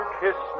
kiss